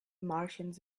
martians